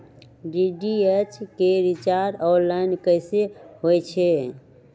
DTH के recharge online कैसे होईछई?